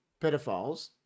pedophiles